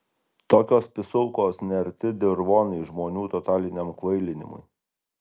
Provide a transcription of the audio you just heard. tokios pisulkos nearti dirvonai žmonių totaliniam kvailinimui